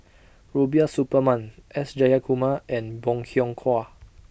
Rubiah Suparman S Jayakumar and Bong Hiong Hwa